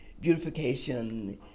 beautification